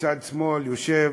מצד שמאל יושב